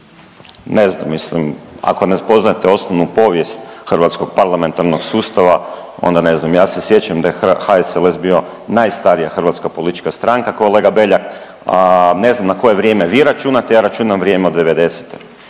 Ne znam, mislim, ako ne poznajete osnovnu povijest hrvatskog parlamentarnog sustava, onda ne znam, ja se sjećam da je HSLS bio najstarija hrvatska politička stranka, kolega Beljak, ne znam na koje vrijeme vi računate, ja računam vrijeme od '90.